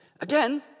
Again